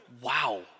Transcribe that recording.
Wow